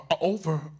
over